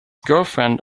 girlfriend